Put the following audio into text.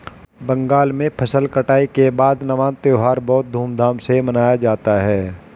बंगाल में फसल कटाई के बाद नवान्न त्यौहार बहुत धूमधाम से मनाया जाता है